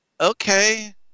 Okay